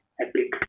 epic